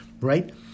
right